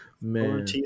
Man